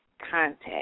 contact